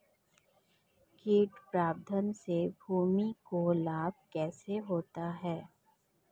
कीट प्रबंधन से भूमि को लाभ कैसे होता है?